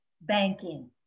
banking